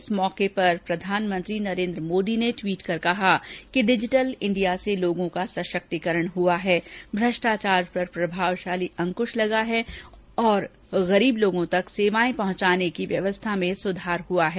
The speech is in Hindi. इस मौके पर प्रधानमंत्री नरेन्द्र मोदी ने टवीट कर कहा कि डिजिटल इंडिया से लोगों का सशक्तिकरण हुआ है भ्रष्टाचार पर प्रभावशाली अंकुश लगा है और गरीब लोगों तक सेवाएं पहुंचाने की व्यवस्था में सुधार हुआ है